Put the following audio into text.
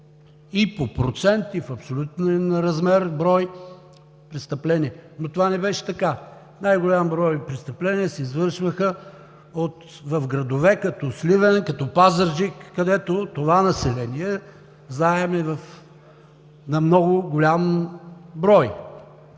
и по процент, и в абсолютен размер брой престъпления, но това не беше така. Най-голям брой престъпления се извършваха в градове, като Сливен, Пазарджик, където това население, знаем, е много голям брой.